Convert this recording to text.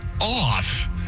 off